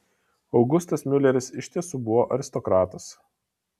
augustas miuleris iš tiesų buvo aristokratas